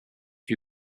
who